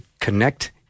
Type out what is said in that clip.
connect